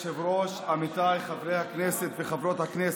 כבוד היושב-ראש, עמיתיי חברי הכנסת וחברות הכנסת,